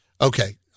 Okay